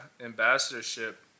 ambassadorship